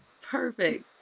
Perfect